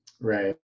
Right